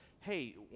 hey